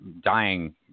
dying